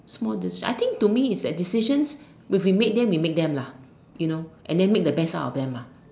small decision I think to me is that decisions if we make them we make them lah you know and then make the best out of them ah